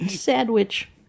Sandwich